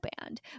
band